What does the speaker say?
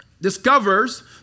discovers